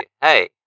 hey